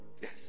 Yes